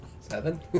seven